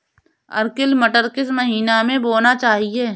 Arkel मटर किस महीना में बोना चाहिए?